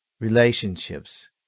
relationships